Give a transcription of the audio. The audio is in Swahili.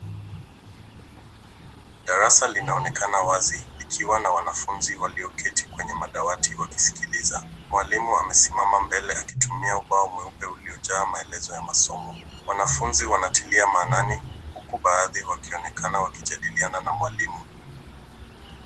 Darasa linaonekana wazi likiwa na wanafunzi walioketi kwenye madawti wakisikiliza, mwalimu amesimama mbele akitumia ubao mweupe uliajaa maelezo ya masomo. Wanafunzi wanatilia maanani huku baadhi wakionekana wakijadiliana na mwalimu.